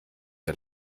der